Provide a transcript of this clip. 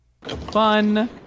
fun